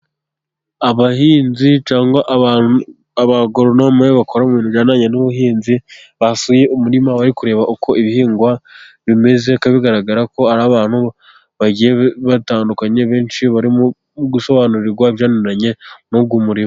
Abahinzi cyangwa abagoronome bakora mu bijyaniranye n'ubuhinzi, basuye umurima bari kureba uko ibihingwa bimeze, bikaba bigaragara ko ari abantu bagiye batandukanye, benshi bari gusobanurirwa ibijyaniranye n'uwo murima.